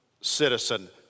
citizen